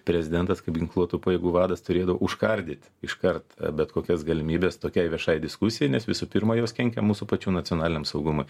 prezidentas kaip ginkluotų pajėgų vadas turėtų užkardyt iškart bet kokias galimybes tokiai viešai diskusijai nes visų pirma jos kenkia mūsų pačių nacionaliniam saugumui